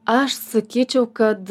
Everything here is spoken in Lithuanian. aš sakyčiau kad